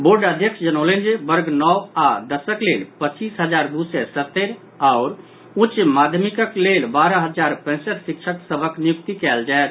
board अध्यक्ष जनौलनि जे वर्ग नओ आओर दसक लेल पच्चीस हजार दू सय सत्तर आओर उच्च माध्यमिकक लेल बारह हजार पैंसठ शिक्षक सभक नियुक्ति कयल जायत